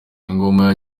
ingoma